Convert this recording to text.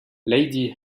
lady